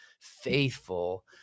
faithful